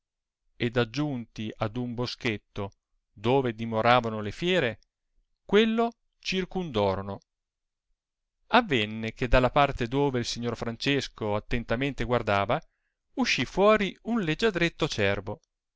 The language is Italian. ed aggiunti ad un boschetto dove dimoravano le tìere quello circundorono avenne che dalla parte dove il signor francesco attentamente guardava uscì fuori un leggiadretto cervo